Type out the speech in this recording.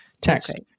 text